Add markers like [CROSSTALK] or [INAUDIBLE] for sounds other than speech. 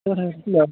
[UNINTELLIGIBLE]